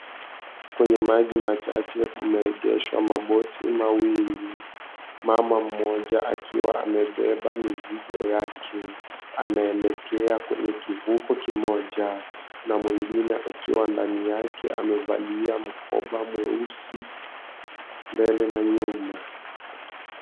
Kwenye maji machache kumeegeshwa maboti mawili. Mama mmoja, akiwa amebeba mizigo yake, anaelekea kwenye kivuko kimoja, na mwingine akiwa ndani yake amevalia mkoba mweusi mbele na nyuma.